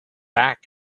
back